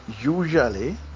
usually